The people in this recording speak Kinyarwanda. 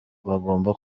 bagomba